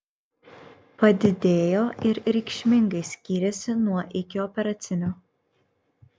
padidėjo ir reikšmingai skyrėsi nuo ikioperacinio